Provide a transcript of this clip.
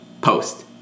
post